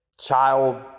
child